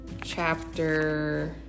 chapter